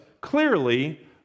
clearly